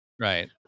Right